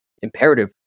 imperative